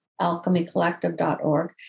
alchemycollective.org